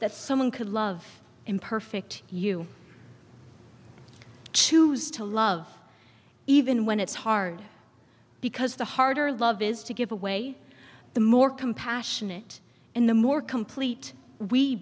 that someone could love imperfect you choose to love even when it's hard because the harder love is to give away the more compassionate and the more complete we